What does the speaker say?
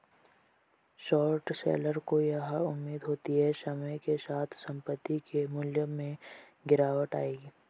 short seller को यह उम्मीद होती है समय के साथ संपत्ति के मूल्य में गिरावट आएगी